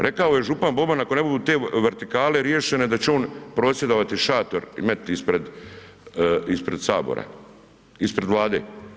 Rekao je župan Boban ako ne budu te vertikale riješene da će on prosvjedovati, šator i metniti ispred sabora, ispred Vlade.